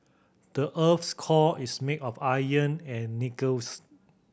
the earth's core is made of iron and nickels